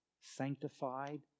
sanctified